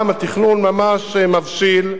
גם התכנון ממש מבשיל,